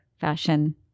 fashion